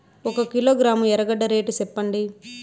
ఒక కిలోగ్రాము ఎర్రగడ్డ రేటు సెప్పండి?